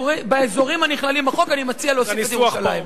באזורים הנכללים בחוק אני מציע להוסיף את ירושלים.